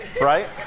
right